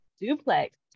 duplex